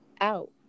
out